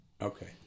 Okay